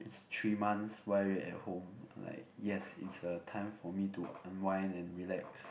it's three months why are you at home like yes it's a time for me to unwind and relax